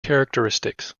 characteristics